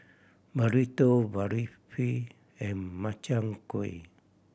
Burrito Barfi and Makchang Gui